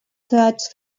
search